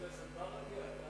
חבר הכנסת ברכה,